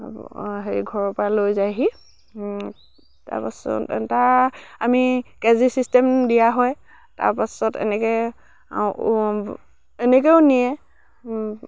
হেৰি ঘৰৰপৰা লৈ যায়হি তাৰ পাছত তাৰ আমি কেজি চিষ্টেম দিয়া হয় তাৰ পাছত এনেকৈ এনেকৈও নিয়ে